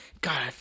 God